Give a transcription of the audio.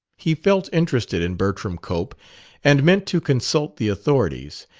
he felt interested in bertram cope and meant to consult the authorities.